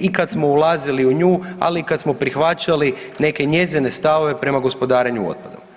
i kad smo ulazili u nju, ali i kad smo prihvaćali neke njezine stavove prema gospodarenju otpadom.